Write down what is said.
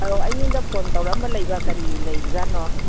ꯑꯥꯎ ꯑꯩꯉꯣꯟꯗ ꯐꯣꯟ ꯇꯧꯔꯛꯑꯝꯕ ꯂꯩꯕ ꯀꯔꯤ ꯂꯩꯕꯖꯥꯠꯅꯣ